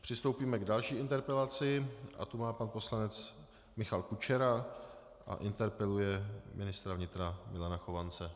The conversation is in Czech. Přistoupíme k další interpelaci, tu má pan poslanec Michal Kučera a interpeluje ministra vnitra Milana Chovance.